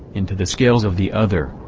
into the scales of the other,